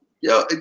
Yo